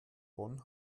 bonn